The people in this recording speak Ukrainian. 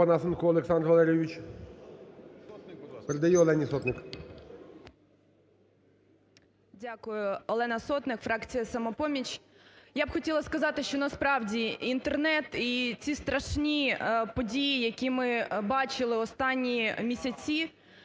Дякую. Олена Сотник, фракція "Самопоміч". Я б хотіла сказати, що насправді, Інтернет і ці страшні події, які ми бачили останні місяці,